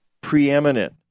preeminent